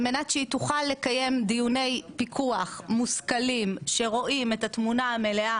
על מנת שהיא תוכל לקיים דיוני פיקוח מושכלים שרואים את התמונה המלאה